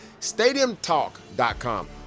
StadiumTalk.com